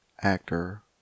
Actor